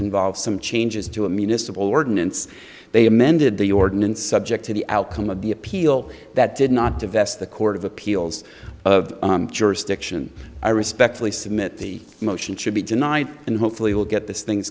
involves some changes to a municipal ordinance they amended the ordinance subject to the outcome of the appeal that did not divest the court of appeals of jurisdiction i respectfully submit the motion should be denied and hopefully will get this thing